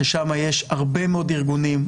ששם יש הרבה מאוד ארגונים,